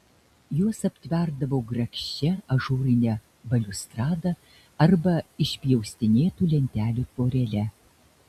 juos aptverdavo grakščia ažūrine baliustrada arba išpjaustinėtų lentelių tvorele